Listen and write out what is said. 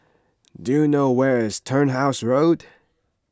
do you know where is Turnhouse Road